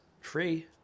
free